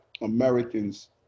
americans